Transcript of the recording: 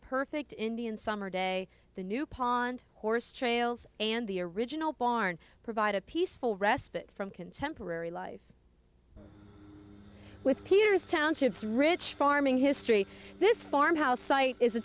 perfect indian summer day the new pond horse trails and the original barn provide a peaceful respite from contemporary life with peers townships rich farming history this farmhouse site is a